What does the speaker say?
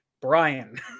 Brian